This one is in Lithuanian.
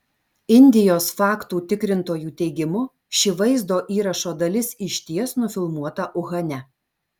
indijos faktų tikrintojų teigimu ši vaizdo įrašo dalis išties nufilmuota uhane